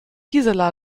gisela